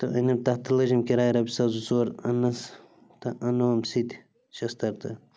تہٕ أنِم تَتھ تہِ لٲجِم کِرایہِ رۄپیہِ ساس زٕ ژور اَنٛنَس تہٕ اَننووُم سُہ تہٕ شِستٕر تہٕ